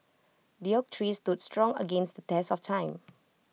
the oak tree stood strong against the test of time